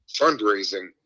fundraising